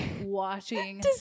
watching